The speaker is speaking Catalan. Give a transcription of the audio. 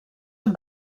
amb